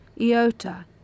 Iota